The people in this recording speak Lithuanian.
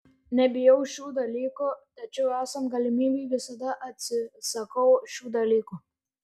nebijau šių dalykų tačiau esant galimybei visada atsisakau šių dalykų